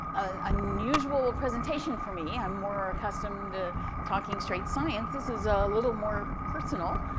an unusual presentation for me, i'm more accustomed to talking straight science, this is a little more personal,